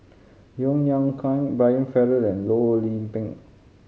Yeo Yeow Kwang Brian Farrell and Loh Lik Peng